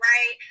Right